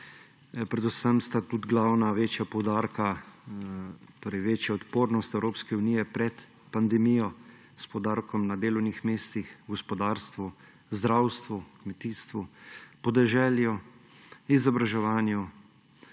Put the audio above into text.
predvsem sta glavna, večja poudarka večja odpornost Evropske unije pred pandemijo – s poudarkom na delovnih mestih, gospodarstvu, zdravstvu, kmetijstvu, podeželju, izobraževanju,